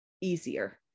easier